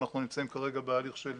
אנחנו נמצאים כרגע בהליך של